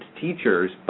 teachers